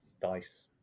dice